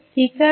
ঠিক আছে